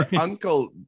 uncle